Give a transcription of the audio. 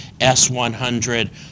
S100